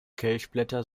kelchblätter